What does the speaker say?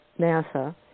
NASA